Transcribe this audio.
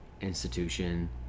institution